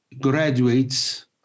graduates